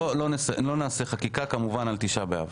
לא נעשה חקיקה על תשעה באב.